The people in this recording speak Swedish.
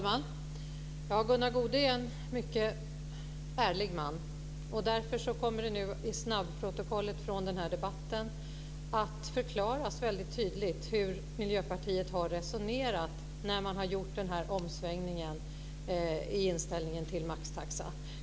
Fru talman! Gunnar Goude är en mycket ärlig man. Därför kommer det nu i snabbprotokollet från den här debatten att väldigt tydligt förklaras hur Miljöpartiet har resonerat när man gjort den här omsvängningen i inställningen till maxtaxa.